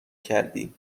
کردی